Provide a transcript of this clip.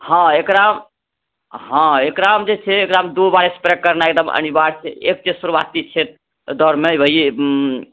हँ एकरा हँ एकरामे जे छै एकरामे दू बार स्प्रे करनाइ एकदम अनिवार्य छै एक तऽ शुरुआती छै दौड़मे भइए